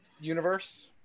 universe